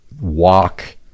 walk